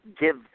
give –